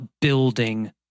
building